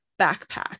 backpack